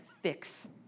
fix